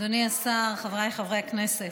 אדוני השר, חבריי וחברי הכנסת,